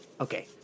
okay